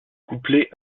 couplé